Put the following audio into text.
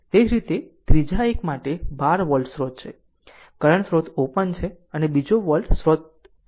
તે જ રીતે ત્રીજા એક માટે 12 વોલ્ટ સ્રોત છે કરંટ સ્રોત ઓપન છે અને બીજો વોલ્ટ શોર્ટ વી શકાય છે